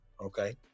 okay